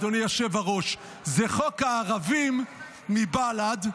אדוני היושב-ראש: זה חוק הערבים מבל"ד,